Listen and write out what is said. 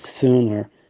sooner